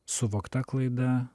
suvokta klaida